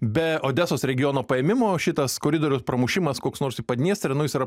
be odesos regiono paėmimo šitas koridoriaus pramušimas koks nors į padniestrę nu jis yra